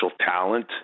talent